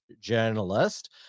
journalist